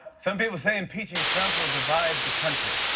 some people say impeaching trump will divide the country.